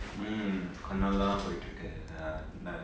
hmm நல்லா தான் போயிட்டிருக்கு:nalla thaan poytirukku ya